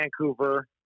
vancouver